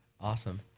Awesome